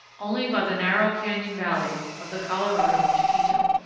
only by the narrow canyon valley of the colorado chiquito.